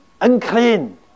unclean